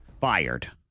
Fired